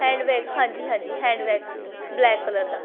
handbag ਹਾਂਜੀ ਹਾਂਜੀ handbag black colour ਦਾ